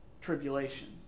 tribulation